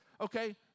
okay